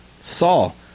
Saul